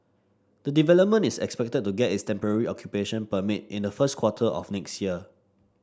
the development is expected to get its temporary occupation permit in the first quarter of next year